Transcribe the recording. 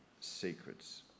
secrets